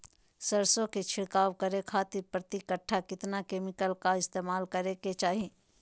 सरसों के छिड़काव करे खातिर प्रति कट्ठा कितना केमिकल का इस्तेमाल करे के चाही?